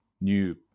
new